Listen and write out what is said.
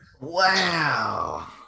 Wow